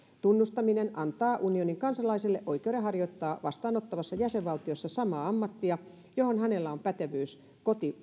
tunnustaminen antaa unionin kansalaiselle oikeuden harjoittaa vastaanottavassa jäsenvaltiossa samaa ammattia johon hänellä on pätevyys